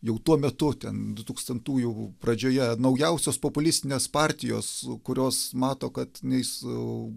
jau tuo metu ten dutūkstantųjų pradžioje naujausios populistinės partijos kurios mato kad nei su